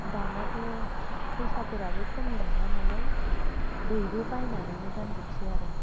दानाथ' फैसाफोराबो खमि नंलानालाय बैबो बायनानैनो गानजोबसै आरो